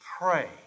pray